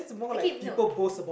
okay mil~